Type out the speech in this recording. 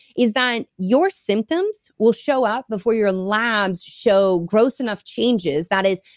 is that your symptoms will show up before your labs show gross enough changes, that is,